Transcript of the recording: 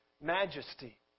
majesty